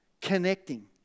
connecting